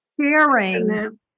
sharing